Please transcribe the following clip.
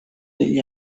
degli